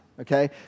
Okay